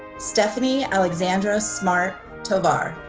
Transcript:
stephanie alexandra smart tovar.